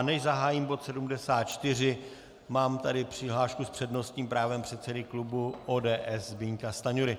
Než zahájím bod 74, mám tady přihlášku s přednostním právem předsedy klubu ODS Zbyňka Stanjury.